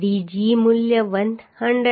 Tdg મૂલ્ય 136